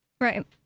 right